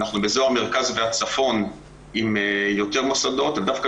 אנחנו באזור המרכז והצפון עם יותר מוסדות ודווקא